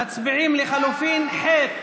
מצביעים על לחלופין ח'.